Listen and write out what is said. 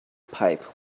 pipe